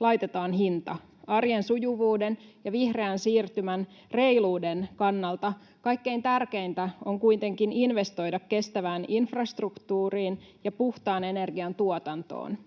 laitetaan hinta. Arjen sujuvuuden ja vihreän siirtymän reiluuden kannalta kaikkein tärkeintä on kuitenkin investoida kestävään infrastruktuuriin ja puhtaan energian tuotantoon.